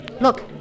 look